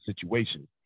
situation